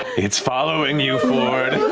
it's following you, fjord.